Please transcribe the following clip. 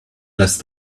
last